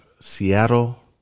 Seattle